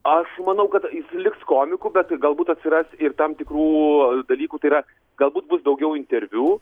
aš manau kad jis liks komiku bet galbūt atsiras ir tam tikrų dalykų tai yra galbūt bus daugiau interviu